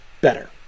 better